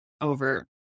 over